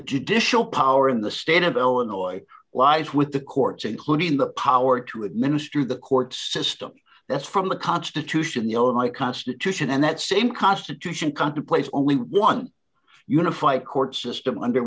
judicial power in the state of illinois lies with the courts including the power to administer the court system that's from the constitution you know my constitution and that same constitution country place only one unified court system under